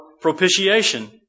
propitiation